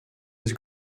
his